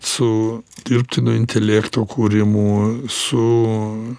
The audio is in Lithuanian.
su dirbtinio intelekto kūrimu su